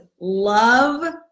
love